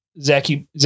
Zachy